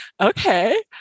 okay